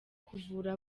kuvura